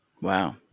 Wow